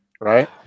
Right